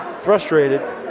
frustrated